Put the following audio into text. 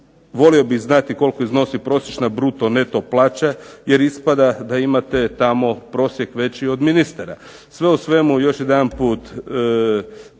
Volio bih znati koliko iznosi prosječna bruto, neto plaća jer ispada da imate tamo prosjek veći od ministara. Sve u svemu, još jedanput,